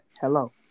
Hello